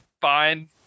fine